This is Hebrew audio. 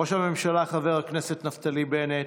ראש הממשלה חבר הכנסת נפתלי בנט,